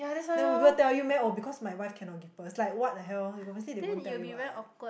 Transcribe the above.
then we will tell you meh oh because my wife cannot give birth is like what the hell obviously they won't tell you one